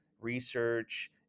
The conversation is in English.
research